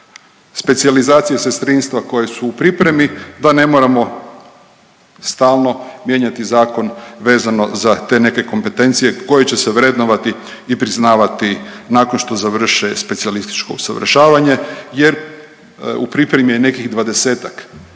specijalizacije sestrinstva koje su u pripremi da ne moramo stalno mijenjati zakon vezano za te neke kompetencije koje će se vrednovati i priznavati nakon što završe specijalističko usavršavanje jer u pripremi je nekih 20-ak